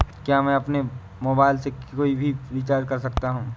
क्या मैं अपने मोबाइल से कोई भी रिचार्ज कर सकता हूँ?